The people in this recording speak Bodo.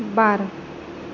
बार